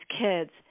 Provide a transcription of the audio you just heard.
kids